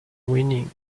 whinnying